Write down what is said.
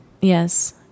Yes